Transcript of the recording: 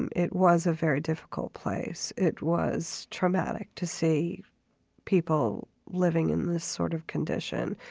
and it was a very difficult place. it was traumatic to see people living in this sort of condition,